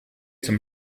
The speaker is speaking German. zum